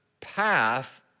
path